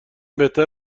بهتر